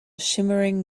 shimmering